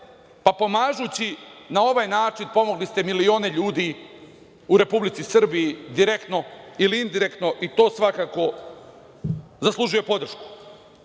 pa pomažući na ovaj način pomogli ste milione ljude u Republici Srbiji direktno ili indirektno i to svakako zaslužuje podršku. Druga